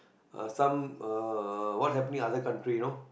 some uh what happening in other country you know